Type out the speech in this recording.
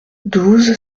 douze